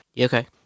Okay